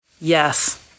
Yes